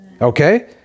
Okay